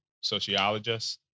sociologist